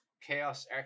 Chaos